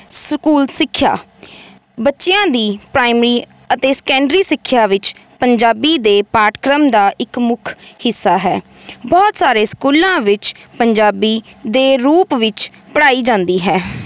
school ਸਿੱਖਿਆ ਬੱਚਿਆਂ ਦੀ ਪ੍ਰਾਈਮਰੀ ਅਤੇ ਸੈਕੰਡਰੀ ਸਿੱਖਿਆ ਵਿੱਚ ਪੰਜਾਬੀ ਦੇ ਪਾਠਕ੍ਰਮ ਦਾ ਇੱਕ ਮੁੱਖ ਹਿੱਸਾ ਹੈ ਬਹੁਤ ਸਾਰੇ ਸਕੂਲਾਂ ਵਿੱਚ ਪੰਜਾਬੀ ਦੇ ਰੂਪ ਵਿੱਚ ਪੜ੍ਹਾਈ ਜਾਂਦੀ ਹੈ